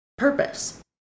purpose